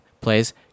Plays